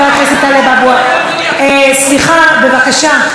סליחה, בבקשה.